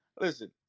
Listen